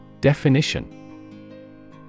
Definition